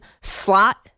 slot